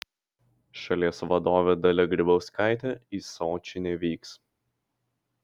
šalies vadovė dalia grybauskaitė į sočį nevyks